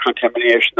contamination